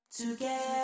Together